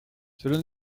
cela